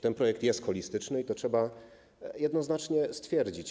Ten projekt jest holistyczny i trzeba to jednoznacznie stwierdzić.